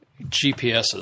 GPSs